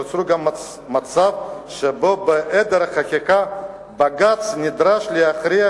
יצרה גם מצב שבו בהיעדר חקיקה בג"ץ נדרש להכריע